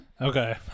Okay